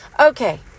Okay